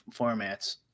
formats